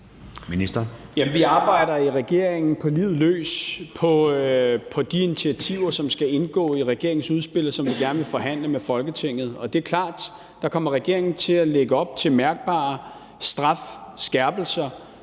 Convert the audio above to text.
Vi arbejder i regeringen på livet løs på de initiativer, som skal indgå i regeringens udspil, og som vi gerne vil forhandle med Folketinget om. Det er klart, at der kommer regeringen til at lægge op til mærkbare strafskærpelser